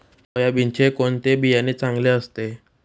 सोयाबीनचे कोणते बियाणे चांगले असते?